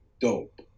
dope